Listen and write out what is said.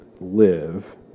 live